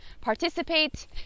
participate